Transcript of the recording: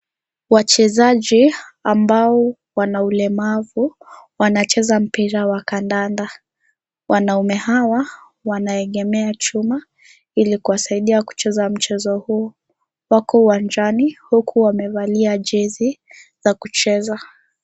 Wachezaji ambao wana ulemavu wanacheza mpira wa kandanda wanaume hawa wanaegemea chuma ili kuwasaidia kucheza mchezo huo wako uwanjani huku wamevalia jezi za kucheza.